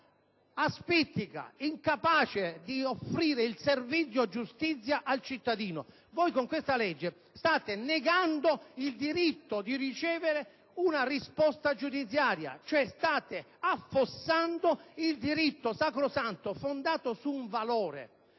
asfittica, incapace di offrire il servizio giustizia al cittadino. Voi con questo provvedimento state negando ai cittadini il diritto di ricevere una risposta giudiziaria, cioè state affossando un diritto sacrosanto, fondato su un valore